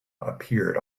appeared